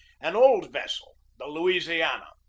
an old vessel, the louisiana,